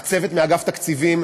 הצוות מאגף תקציבים,